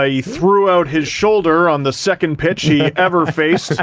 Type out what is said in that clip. ah he threw out his shoulder on the second pitch he ever faced.